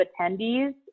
attendees